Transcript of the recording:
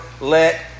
let